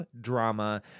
drama